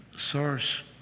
source